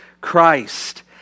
Christ